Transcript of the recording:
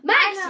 Max